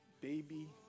baby